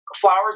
flowers